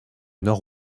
nord